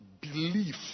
belief